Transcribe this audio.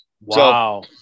Wow